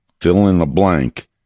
fill-in-the-blank